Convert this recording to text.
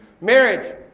Marriage